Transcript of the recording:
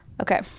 Okay